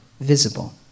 visible